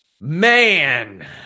Man